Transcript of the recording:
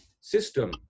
system